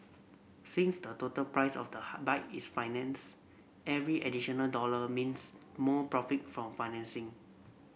since the total price of the hard bike is finance every additional dollar means more profit from financing